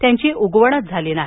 त्याची उगवणच झाली नाही